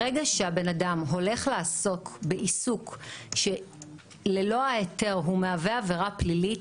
ברגע שבן אדם הולך לעסוק בעיסוק שללא ההיתר הוא מהווה עבירה פלילית,